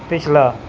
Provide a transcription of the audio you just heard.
ਪਿਛਲਾ